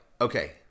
okay